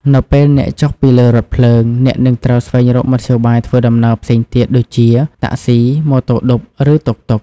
នៅពេលអ្នកចុះពីលើរថភ្លើង អ្នកនឹងត្រូវស្វែងរកមធ្យោបាយធ្វើដំណើរផ្សេងទៀត ដូចជា តាក់ស៊ី ម៉ូតូឌុប ឬតុកតុក។